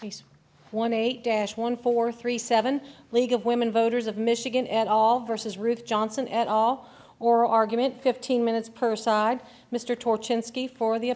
case one eight dash one four three seven league of women voters of michigan and all versus ruth johnson at all or argument fifteen minutes per side mr torch and ski for the